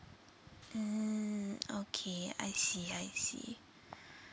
mm okay I see I see